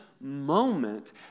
moment